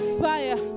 fire